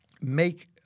make